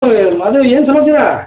ಮಾದೇವು ಏನು ಸಮಚಾರ